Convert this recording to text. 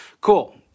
Cool